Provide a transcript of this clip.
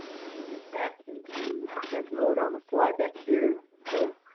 let me get back into present mode on the slide deck here, and go